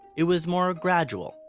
it was more gradual,